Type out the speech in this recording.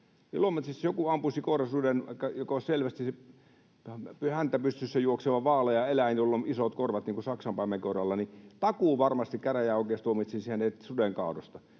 Ilomantsissa joku ampuisi koirasuden, joka olisi selvästi häntä pystyssä juokseva, vaalea eläin, jolla on isot korvat niin kuin saksanpaimenkoiralla, niin takuuvarmasti käräjäoikeus tuomitsisi hänet suden kaadosta.